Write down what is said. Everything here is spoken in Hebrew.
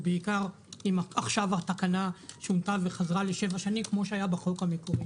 ובעיקר אם התקנה שונתה וחזרה לשבע שנים כפי שהיה בחוק המקורי.